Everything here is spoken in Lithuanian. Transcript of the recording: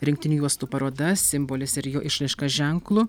rinktinių juostų paroda simbolis ir jo išraiška ženklu